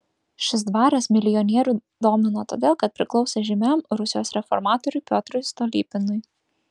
šis dvaras milijonierių domino todėl kad priklausė žymiam rusijos reformatoriui piotrui stolypinui